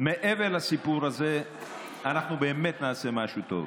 מעבר לסיפור הזה אנחנו באמת נעשה משהו וטוב.